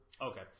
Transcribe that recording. Okay